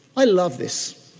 i love this.